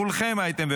כולכם הייתם,